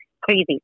Crazy